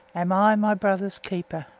am i my brother's keeper?